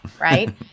right